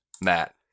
Matt